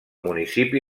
municipi